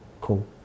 cool